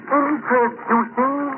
introducing